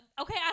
Okay